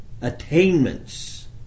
attainments